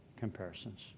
comparisons